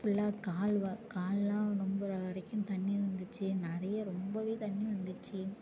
ஃபுல்லாக கால்வாய் கால்லாம் ரொம்புற வரைக்கும் தண்ணி வந்துச்சு நிறைய ரொம்பவே தண்ணி வந்துச்சு